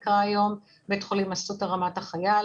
בית חולים אסותא רמת החייל,